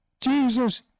Jesus